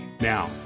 Now